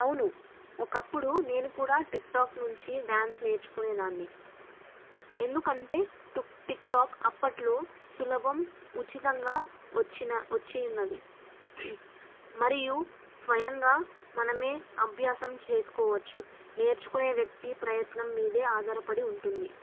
అవును ఒకప్పుడు నేను కూడా టిక్టాక్ నుంచి డ్యాన్స్ నేర్చుకునేదాన్ని ఎందుకంటే టిక్టాక్ అప్పట్లో సులభం ఉచితంగా వచ్చిన వచ్చి ఉన్నది మరియు స్వయంగా మనమే అభ్యాసం చేసుకోవచ్చు నేర్చుకునే వ్యక్తి ప్రయత్నం మీదే ఆధారపడి ఉంటుంది